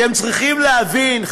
אתם צריכים להבין,